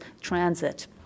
transit